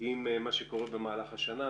עם מה שקורה במהלך השנה,